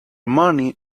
money